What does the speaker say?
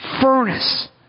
furnace